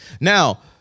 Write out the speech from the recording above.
Now